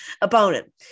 opponent